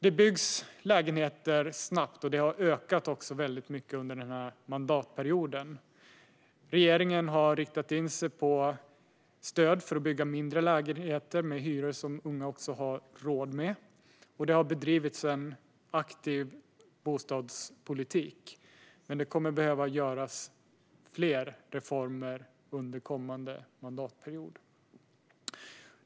Det byggs lägenheter snabbt, och det har också ökat mycket under mandatperioden. Regeringen har riktat in sig på stöd för att bygga mindre lägenheter med hyror som även unga har råd med, och det har bedrivits en aktiv bostadspolitik. Men det kommer att behöva genomföras fler reformer under kommande mandatperiod.